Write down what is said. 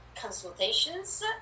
consultations